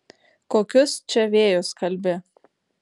kokius čia vėjus kalbi